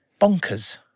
bonkers